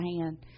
hand